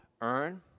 earn